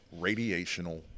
radiational